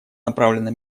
направлена